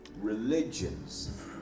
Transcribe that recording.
religions